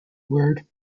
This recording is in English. word